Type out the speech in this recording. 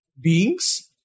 beings